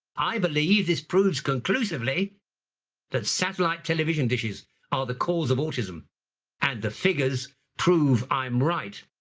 i believe this proves conclusively that satellite television dishes are the cause of autism and the figures prove i'm right.